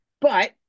But-